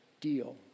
deal